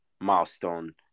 milestone